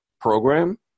program